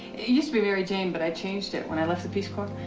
used to be mary jane, but i changed it when i left the peace corps.